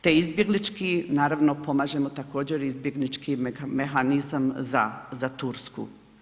Te izbjeglički, naravno pomažemo također izbjeglički mehanizam za Tursku.